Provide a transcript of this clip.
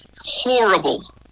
horrible